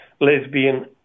lesbian